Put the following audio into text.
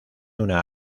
una